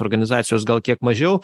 organizacijos gal kiek mažiau